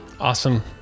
Awesome